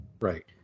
Right